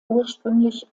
ursprünglich